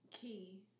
key